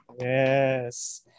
Yes